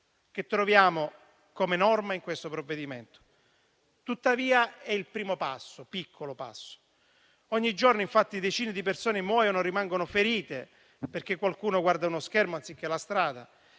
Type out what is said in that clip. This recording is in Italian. che troviamo come norma in questo provvedimento. È il primo piccolo passo. Ogni giorno, infatti, decine di persone muoiono o rimangono ferite perché qualcuno guarda uno schermo anziché la strada.